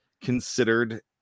considered